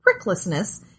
pricklessness